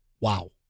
wow